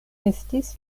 estis